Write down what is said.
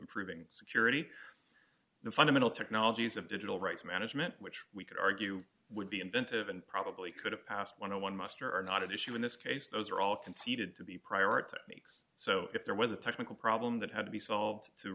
improving security in fundamental technologies of digital rights management which we could argue would be inventive and probably could have passed one hundred and one muster are not at issue in this case those are all conceded to be prioritised mix so if there was a technical problem that had to be solved to